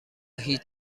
هیچ